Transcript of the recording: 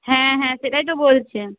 হ্যাঁ হ্যাঁ সেটাই তো বলছে